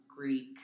Greek